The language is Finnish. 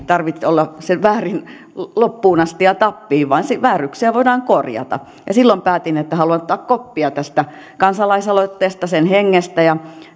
tarvitse olla väärin loppuun asti ja tappiin vaan vääryyksiä voidaan korjata että haluan ottaa koppia tästä kansalaisaloitteesta sen hengestä ja